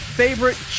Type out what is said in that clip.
favorite